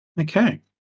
Okay